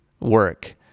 work